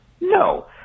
No